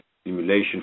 stimulation